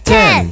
Ten